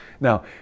Now